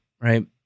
Right